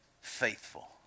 faithful